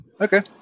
Okay